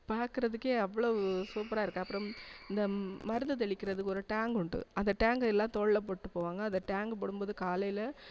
பார்க்குறதுக்கே அவ்வளோ சூப்பராக இருக்கு அப்புறம் இந்த மருந்து தெளிக்கிறதுக்கு ஒரு டேங் உண்டு அந்த டேங்கை எல்லாம் தோளில் போட்டு போவாங்க அந்த டேங்கை போடும்போது காலையில்